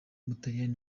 w’umutaliyani